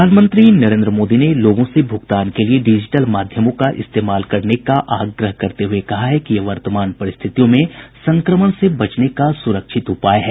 प्रधानमंत्री नरेन्द्र मोदी ने लोगों से भूगतान के लिए डिजिटल माध्यमों का इस्तेमाल करने का आग्रह करते हुये कहा है कि यह वर्तमान परिस्थितियों में संक्रमण से बचने का सुरक्षित उपाय है